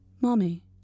Mommy